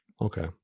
okay